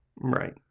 right